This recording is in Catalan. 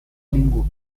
ningú